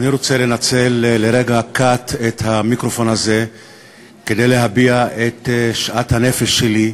אני רוצה לנצל לרגע קט את המיקרופון הזה כדי להביע את שאט הנפש שלי,